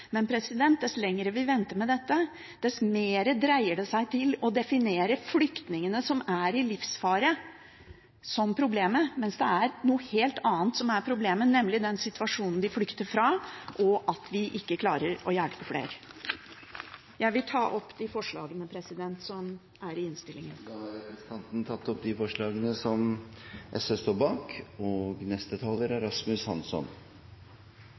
Men dess lenger vi venter med dette, dess mer dreier det seg om å definere flyktningene som er i livsfare, som problemet, mens det er noe helt annet som er problemet, nemlig den situasjonen de flykter fra, og at vi ikke klarer å hjelpe flere. Jeg vil ta opp det forslaget vi har i innstillingen. Representanten Karin Andersen har tatt opp det forslaget hun refererte til. Flyktninghjelpens oversikt over flyktningsituasjonen i verden bekrefter at vi har en internasjonal humanitær situasjon som er forferdelig, og